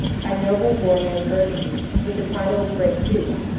a noble warrior of burgundy, with the title of great duke,